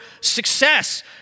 success